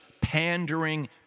pandering